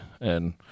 and-